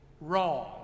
wrong